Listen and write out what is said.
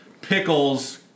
pickles